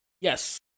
Yes